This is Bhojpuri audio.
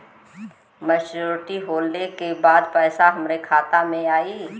मैच्योरिटी होले के बाद पैसा हमरे खाता में आई?